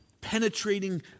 penetrating